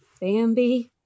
Bambi